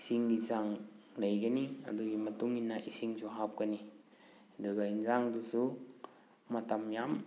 ꯏꯁꯤꯡꯒꯤ ꯆꯥꯡ ꯂꯩꯒꯅꯤ ꯑꯗꯨꯒꯤ ꯃꯇꯨꯡꯏꯟꯅ ꯏꯁꯤꯡꯁꯨ ꯍꯥꯞꯀꯅꯤ ꯑꯗꯨꯒ ꯏꯟꯖꯥꯡꯗꯨꯁꯨ ꯃꯇꯝ ꯌꯥꯝ